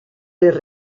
les